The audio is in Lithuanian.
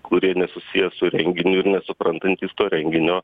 kurie nesusiję su renginiu ir nesuprantantys to renginio